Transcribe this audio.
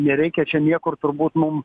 nereikia čia niekur turbūt mum